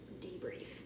debrief